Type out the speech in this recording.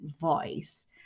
voice